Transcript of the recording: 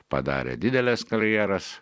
padarė dideles karjeras